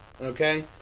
Okay